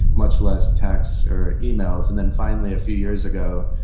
much less texts or emails. and then finally, a few years ago,